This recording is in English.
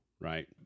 right